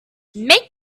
make